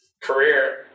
career